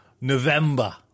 November